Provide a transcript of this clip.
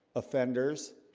offenders